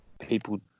people